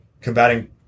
Combating